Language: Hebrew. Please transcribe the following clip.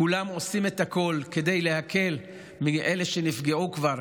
כולם עושים את הכול כדי להקל על אלה שנפגעו כבר,